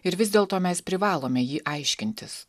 ir vis dėl to mes privalome jį aiškintis